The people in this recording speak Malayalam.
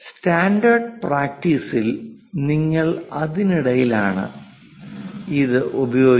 സ്റ്റാൻഡേർഡ് പ്രാക്ടീസിൽ നിങ്ങൾ അതിനിടയിലാണ് ഇത് ഉപയോഗിക്കുന്നത്